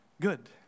good